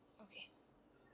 okay